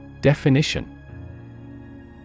Definition